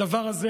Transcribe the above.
הדבר הזה,